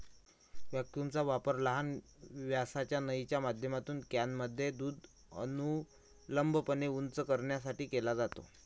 व्हॅक्यूमचा वापर लहान व्यासाच्या नळीच्या माध्यमातून कॅनमध्ये दूध अनुलंबपणे उंच करण्यासाठी केला जातो